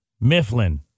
Mifflin